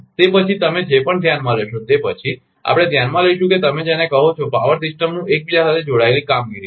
તે પછી તમે જે પણ ધ્યાનમાં લેશો તે પછી આપણે ધ્યાનમાં લઈશું કે તમે જેને કહો છો પાવર સિસ્ટમનું એકબીજા સાથે જોડાયેલ કામગીરી